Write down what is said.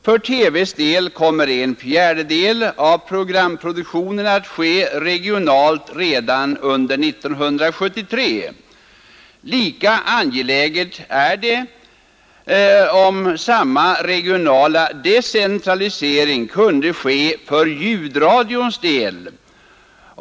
För TV:s del kommer en fjärdedel av programproduktionen att ske regionalt redan under 1973. Lika 39 angeläget är det att samma regionala decentralisering kan ske för ljudradions del.